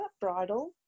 bridal